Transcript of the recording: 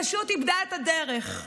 פשוט איבדה את הדרך.